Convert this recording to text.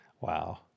Wow